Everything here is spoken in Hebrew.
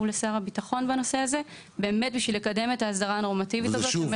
ויצרנו ביטחון מאשר לטעות ויבוא אסון.